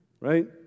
Right